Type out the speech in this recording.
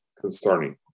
concerning